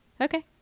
Okay